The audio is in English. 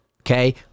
okay